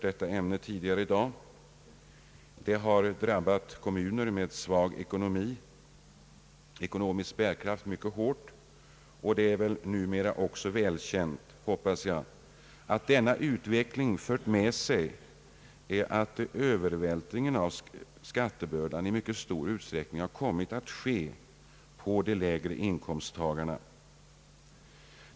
Den har drabbat kommuner med svag ekonomisk bärkraft hårdast. Det är väl numera också välkänt, hoppas jag, att denna utveckling för med sig en övervältring av skattebördan på de lägre inkomsttagarna.